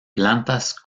plantas